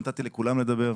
נתתי לכולם לדבר.